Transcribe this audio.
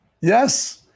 Yes